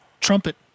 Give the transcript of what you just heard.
trumpet